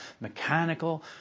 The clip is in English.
mechanical